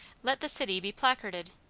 let the city be placarded,